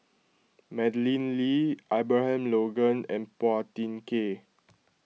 Madeleine Lee Abraham Logan and Phua Thin Kiay